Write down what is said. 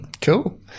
Cool